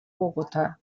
bogotá